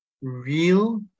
real